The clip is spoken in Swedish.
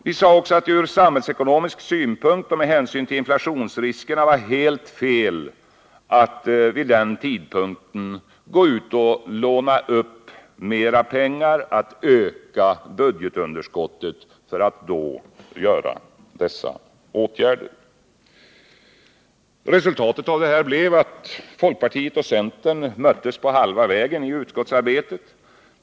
Vi sade oss också att det ur samhällsekonomisk synpunkt och med hänsyn till inflationsriskerna var helt felav regeringen att vid den tidpunkten låna upp mera pengar och därmed öka budgetunderskottet för att kunna vidta dessa åtgärder. Resultatet av detta blev att folkpartiet och centern då möttes på halva vägen i utskottsarbetet.